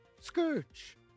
Scourge